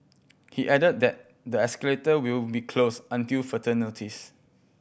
he added that the escalator will be closed until further notice